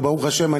וברוך השם,